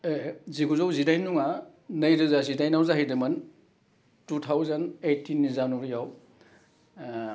जिगुजौ जिडाइन नङा नैरोजा जिडाइनाव जाहैदोंमोन टु थावजेन ओइटिन जानुवारियाव